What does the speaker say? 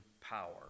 power